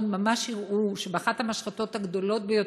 ממש הראו שבאחת המשחטות הגדולות ביותר,